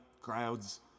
Crowds